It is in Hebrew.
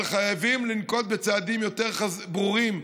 חייבים לנקוט צעדים יותר ברורים,